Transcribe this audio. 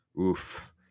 Oof